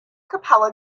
capella